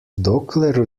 dokler